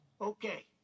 Okay